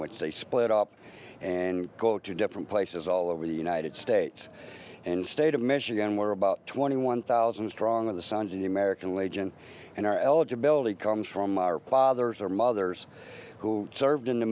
which they split up and go to different places all over the united states and the state of michigan where about twenty one thousand strong in the sons of the american legion and our eligibility comes from our plodders our mothers who served in the